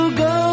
go